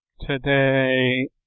today